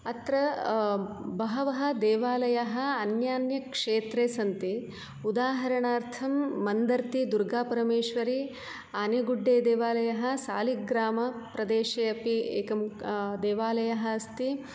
अत्र बहवः देवालयः अन्यान्यक्षेत्रे सन्ति उदाहरणार्थं मन्दर्ति दुर्गापरमेश्वरी आनेगुड्डे देवालयः शालिग्रामप्रदेशे अपि एकं देवालयः अस्ति